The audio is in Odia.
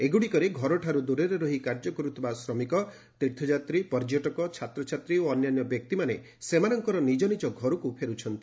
ଏଗୁଡ଼ିକରେ ଘରୁଠାରୁ ଦୂରରେ ରହି କାର୍ଯ୍ୟ କରୁଥିବା ଶ୍ରମିକ ତୀର୍ଥଯାତ୍ରୀ ପର୍ଯ୍ୟଟକ ଛାତ୍ରଛାତ୍ରୀ ଓ ଅନ୍ୟାନ୍ୟ ବ୍ୟକ୍ତିମାନେ ସେମାନଙ୍କର ନିଜନିଜର ଘରକୁ ଫେରୁଛନ୍ତି